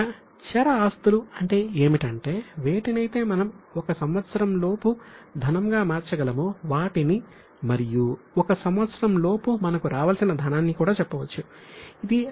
ఇక చర ఆస్తులు అంటే ఏమిటంటే వేటినైతే మనం 1 సంవత్సరం లోపు ధనంగా మార్చగలమో వాటిని మరియు 1 సంవత్సరంలోపు మనకు రావలసిన ధనాన్ని కూడా చర ఆస్తులు అని చెప్పవచ్చు